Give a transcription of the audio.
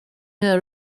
her